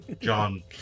John